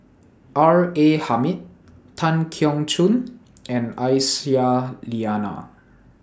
R A Hamid Tan Keong Choon and Aisyah Lyana